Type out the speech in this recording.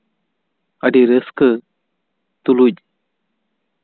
ᱟᱹᱰᱤ ᱨᱟᱹᱥᱠᱟᱹ ᱛᱩᱞᱩᱡ